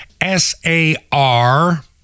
S-A-R